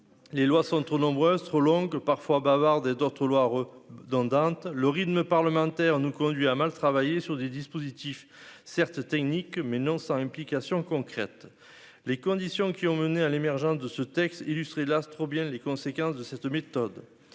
les lois sont trop nombreuses, trop longue, parfois bavarde et d'ortho Loire dans dans le rythme parlementaire nous conduit à mal travaillé sur des dispositifs certes techniques mais non sans implication concrète les conditions qui ont mené à l'émergence de ce texte illustré hélas trop bien les conséquences de cette méthode,